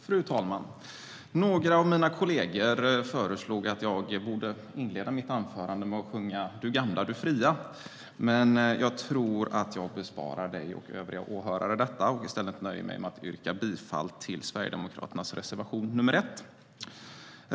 Fru talman! Några av mina kolleger föreslog att jag skulle inleda mitt anförande med att sjunga Du gamla, du fria . Men jag tror att jag besparar dig, fru talman, och övriga åhörare detta och nöjer mig med att yrka bifall till Sverigedemokraternas reservation 1.